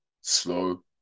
slow